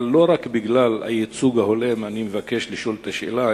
אבל לא רק בגלל הייצוג ההולם אני מבקש לשאול את השאלה,